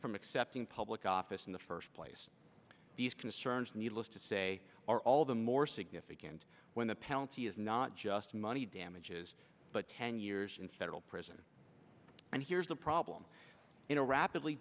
from accepting public office in the first place these concerns needless to say are all the more significant when the penalty is not just money damages but ten years in federal prison and here's the problem in a rapidly